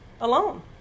alone